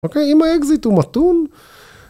אוקיי? אם האקזיט הוא מתון...